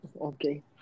Okay